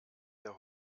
der